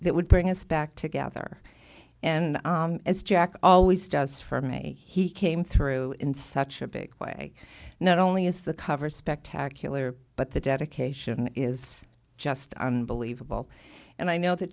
that would bring us back together and as jack always does for me he came through in such a big way not only is the cover spectacular but the dedication is just unbelievable and i know that